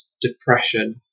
depression